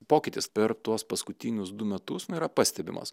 pokytis per tuos paskutinius du metus na yra pastebimas